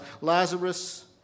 Lazarus